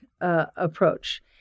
approach